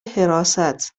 حراست